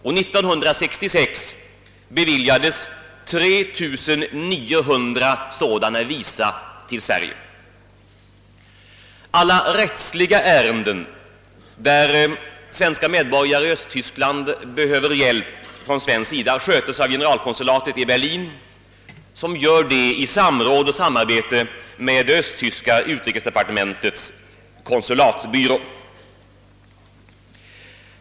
År 1966 beviljades 3 900 sådana visa till Sverige. Alla rättsliga ärenden, där svenska medborgare i Östtyskland behöver hjälp från svensk sida, skötes av generalkonsulatet i Berlin, som gör det i samråd och samarbete med östtyska utrikesdepartementets konsulatsbyrå.